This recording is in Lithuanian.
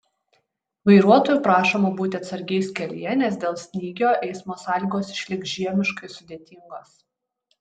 vairuotojų prašoma būti atsargiais kelyje nes dėl snygio eismo sąlygos išliks žiemiškai sudėtingos